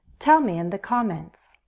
tell me in the comments.